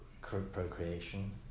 procreation